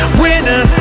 winner